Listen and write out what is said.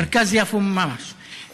במרכז יפו ממש.